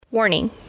Warning